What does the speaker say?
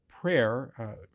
prayer